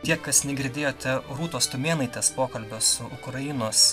tie kas negirdėjote rūtos tumėnaitės pokalbio su ukrainos